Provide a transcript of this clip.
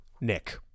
Nick